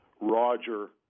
Roger